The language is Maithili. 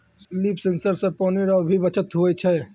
लिफ सेंसर से पानी रो भी बचत हुवै छै